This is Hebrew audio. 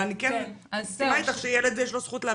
אבל אני מסכימה איתך שילד יש לו זכות,